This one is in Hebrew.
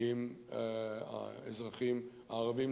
עם האזרחים הערבים,